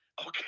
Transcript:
Okay